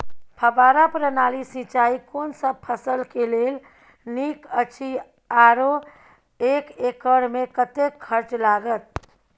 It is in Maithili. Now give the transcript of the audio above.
फब्बारा प्रणाली सिंचाई कोनसब फसल के लेल नीक अछि आरो एक एकर मे कतेक खर्च लागत?